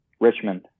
richmond